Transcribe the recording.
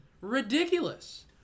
Ridiculous